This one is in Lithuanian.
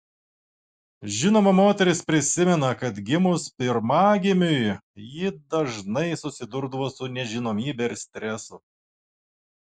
žinoma moteris prisimena kad gimus pirmagimiui ji dažnai susidurdavo su nežinomybe ir stresu